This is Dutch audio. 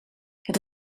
het